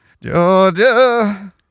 Georgia